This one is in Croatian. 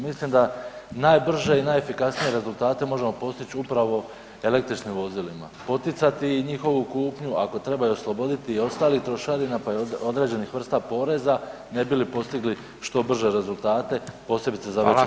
Mislim da najbrže i najefikasnije rezultate možemo postić upravo električnim vozilima, poticati i njihovu kupnju, ako treba i osloboditi ih i ostalih trošarina, pa i određenih vrsta poreza ne bi li postigli što brže rezultate posebice za veće sredine.